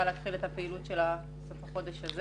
להתחיל את הפעילות של בסוף החודש הזה.